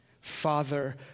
Father